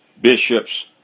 bishops